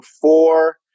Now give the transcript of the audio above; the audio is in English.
four